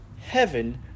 heaven